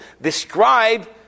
Describe